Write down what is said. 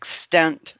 extent